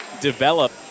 develop